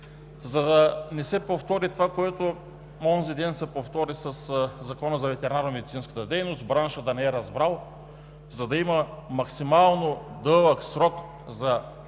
за да не се повтори това, което онзи ден се случи със Закона за ветеринарномедицинската дейност – браншът да не е разбрал. Да има максимално дълъг срок за контакти